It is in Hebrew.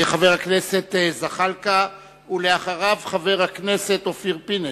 חבר הכנסת זחאלקה, ואחריו, חבר הכנסת אופיר פינס.